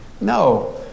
No